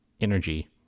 energy